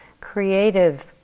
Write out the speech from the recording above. creative